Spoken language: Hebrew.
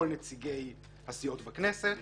כל נציגי הסיעות בכנסת